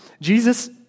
Jesus